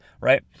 right